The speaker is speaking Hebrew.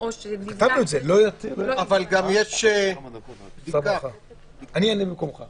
ולא ייתן שירות לאדם שאינו עוטה מסיכה